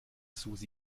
susi